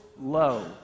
low